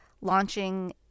launching